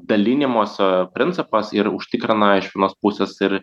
dalinimosi principas ir užtikrina iš vienos pusės ir